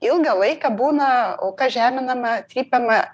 ilgą laiką būna auka žeminama trypiama